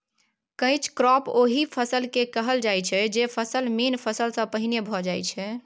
catch crop ओहि फसल केँ कहल जाइ छै जे फसल मेन फसल सँ पहिने भए जाइ छै